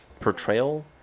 portrayal